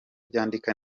byandika